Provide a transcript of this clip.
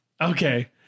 okay